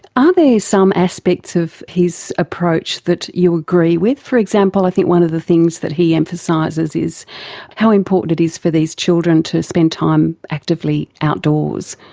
ah some aspects of his approach that you agree with? for example, i think one of the things that he emphasises is is how important it is for these children to spend time actively outdoors.